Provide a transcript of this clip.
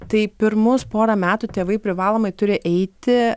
tai pirmus porą metų tėvai privalomai turi eiti